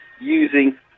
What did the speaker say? using